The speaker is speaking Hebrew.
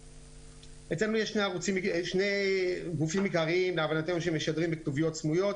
אצלנו יש שני גופים עיקריים להבנתנו שמשדרים בכתוביות סמויות,